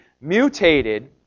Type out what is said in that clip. mutated